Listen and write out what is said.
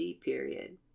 period